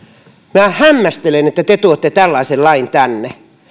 minä hämmästelen että te tuotte tällaisen lain tänne